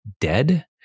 dead